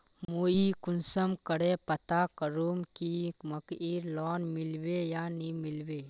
मुई कुंसम करे पता करूम की मकईर लोन मिलबे या नी मिलबे?